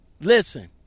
listen